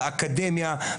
באקדמיה,